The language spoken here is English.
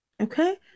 Okay